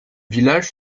village